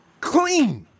clean